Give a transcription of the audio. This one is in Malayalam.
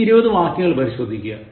ഈ 20 വാക്യങ്ങൾ പരിശോധിക്കുക